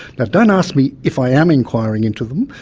now, don't ask me if i am inquiring into them,